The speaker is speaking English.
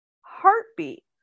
heartbeat